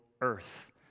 earth